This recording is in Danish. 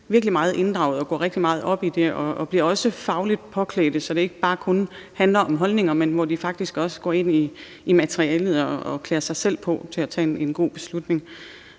virkelig meget inddraget og går rigtig meget op i det og bliver også fagligt klædt på, så det ikke bare kun handler om holdninger, men de sætter sig faktisk også ind i materialet og klæder sig selv på til at tage en god beslutning.